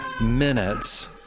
minutes